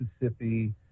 Mississippi